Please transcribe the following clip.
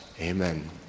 amen